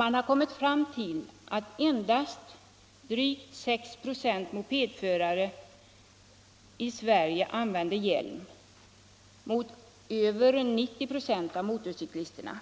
Man har kommit fram till att endast drygt 6 26 mopedförare i Sverige använder hjälm mot över 90 96 av motorcyklisterna.